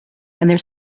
their